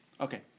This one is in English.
Okay